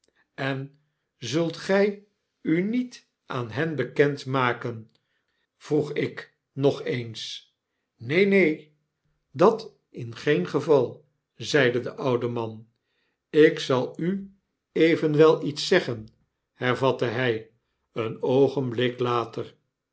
en zult gy u niet aan hen bekend maken vroeg ik nog eens neen neen neen dat in geen geval zeide de oude man ik zal u evenwel iets zeggen hervatte hy een oogenblik later